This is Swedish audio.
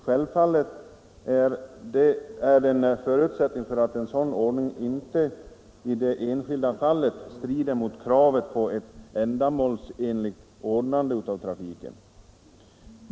Självfallet är en förutsättning att en sådan ordning inte i det enskilda fallet strider mot kravet på ett ändamålsenligt ordnande av trafiken.